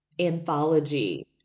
anthology